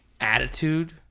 attitude